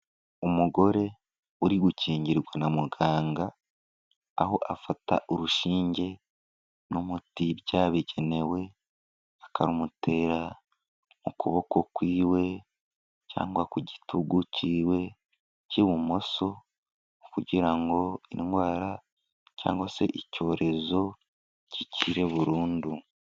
Umugore uri gukingirwa na muganga, aho afata urushinge n'umuti byabigenewe, akarumutera mu kuboko kwiwe cyangwa ku gitugu cyiwe cy'ibumoso, kugira ngo indwara cyangwa se icyorezo gikire burundu.